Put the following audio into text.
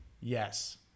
Yes